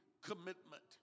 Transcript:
commitment